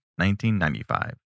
1995